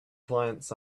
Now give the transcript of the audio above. clients